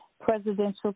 presidential